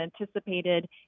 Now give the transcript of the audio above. anticipated